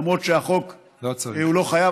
למרות שהחוק לא מחייב,